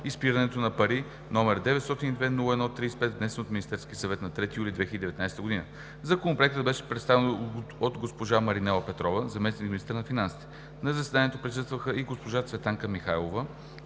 изпирането на пари, № 902-01-35, внесен от Министерския съвет на 3 юли 2019 г. Законопроектът беше представен от госпожа Маринела Петрова – заместник-министър на финансите. На заседанието присъстваха и госпожа Цветанка Михайлова